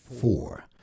four